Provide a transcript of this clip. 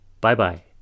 Bye-bye